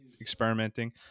experimenting